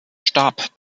starb